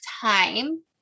time